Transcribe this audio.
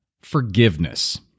forgiveness